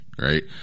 right